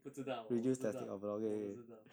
不知道我不知道我不知道